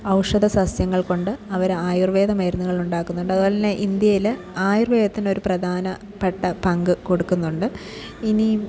ഔഷധസസ്യങ്ങൾ കൊണ്ട് അവർ ആയുർവേദ മരുന്നുകളുണ്ടാക്കുന്നുണ്ട് അതുപോലെതന്നെ ഇന്ത്യയിൽ ആയുർവേദത്തിന് ഒരു പ്രധാനപ്പെട്ട പങ്ക് കൊടുക്കുന്നുണ്ട് ഇനിയും